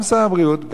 גם שר הבריאות,